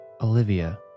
Olivia